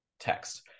text